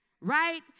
right